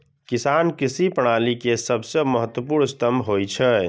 किसान कृषि प्रणाली के सबसं महत्वपूर्ण स्तंभ होइ छै